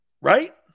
Right